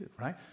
right